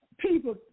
People